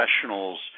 professionals